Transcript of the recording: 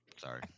Sorry